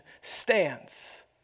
stands